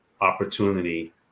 opportunity